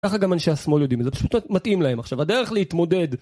ככה גם אנשי השמאל יודעים, זה פשוט מתאים להם. עכשיו, הדרך להתמודד...